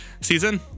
season